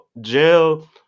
jail